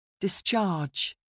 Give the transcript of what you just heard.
Discharge